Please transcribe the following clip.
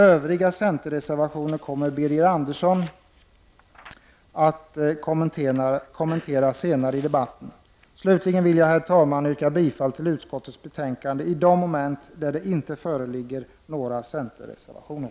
Övriga centerreservationer kommer Birger Andersson att kommentera senare i debatten. Slutligen vill jag, herr talman, yrka bifall till utskottets hemställan i de moment där det inte föreligger några centerreservationer.